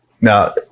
Now